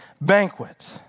banquet